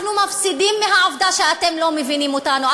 אנחנו מפסידים מהעובדה שאתם לא מבינים אותנו.